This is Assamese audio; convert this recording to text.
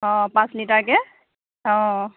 অঁ পাঁচ লিটাৰকৈ অঁ